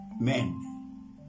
men